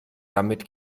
damit